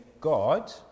God